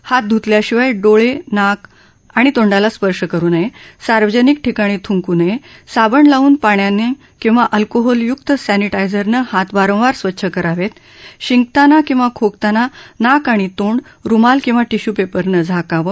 हात धुतल्याशिवाय डोळा जाक आणि तोंडाला स्पर्श करु नया झार्वजनिक ठिकाणी थुंकू नया झाबण लावून पाण्यानं किंवा अल्कोहोलयुक्त सर्विटा झिरनं हात वारंवार स्वच्छ कराक्ट शिंकताना किंवा खोकताना नाक आणि तोंड रुमाल किंवा टिश्यू पाचिन झाकावं